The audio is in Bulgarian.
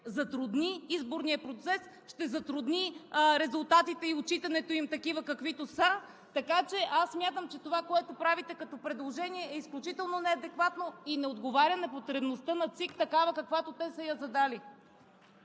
затрудни изборния процес, ще затрудни резултатите и отчитането им такива, каквито са. Смятам, че това, което правите като предложение, е изключително неадекватно и не отговаря на потребността на ЦИК такава, каквато те са я задали.